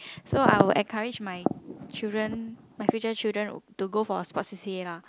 so I will encourage my children my future children to go for sport c_c_a lah